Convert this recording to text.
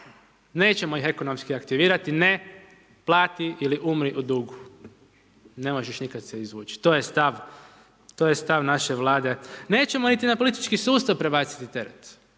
Nećemo ih ekonomski aktivirati, ne, plati ili umri u dugu. Ne možeš nikad se izvući, to je stav naše Vlade. Nećemo niti na politički sustav prebaciti teret.